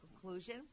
conclusion